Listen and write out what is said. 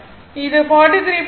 29 11